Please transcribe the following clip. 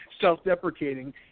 self-deprecating